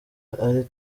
ari